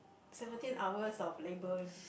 seventeen hours of laboring